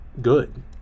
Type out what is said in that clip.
good